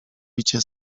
bicie